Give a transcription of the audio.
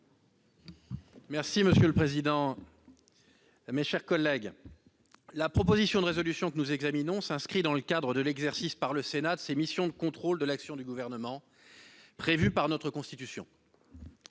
vote. Monsieur le président, mes chers collègues, la proposition de résolution que nous examinons s'inscrit dans le cadre de l'exercice par le Sénat de ses missions de contrôle de l'action du Gouvernement prévues par la Constitution.